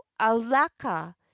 alaka